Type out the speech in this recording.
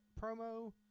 promo